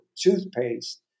toothpaste